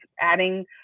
adding